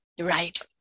Right